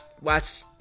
watch